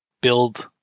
build